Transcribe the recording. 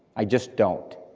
i just don't.